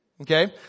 Okay